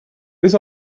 this